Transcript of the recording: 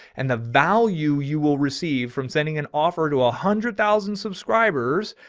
and the value you will receive from sending an offer to a hundred thousand subscribers.